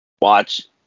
watch